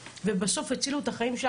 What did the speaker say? ובסוף הצילו את החיים שלה.